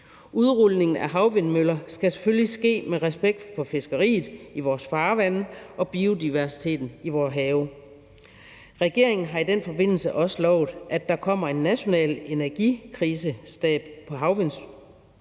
Udrulningen af havvindmøller skal selvfølgelig ske med respekt for fiskeriet i vores farvande og biodiversiteten i vores have. Regeringen har i den forbindelse også lovet, at der kommer en national energikrisestab på havvindområdet.